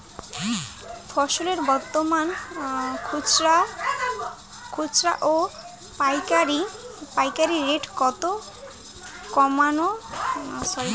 ফসলের বর্তমান খুচরা ও পাইকারি রেট কতো কেমন করি জানিবার পারবো?